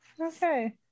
okay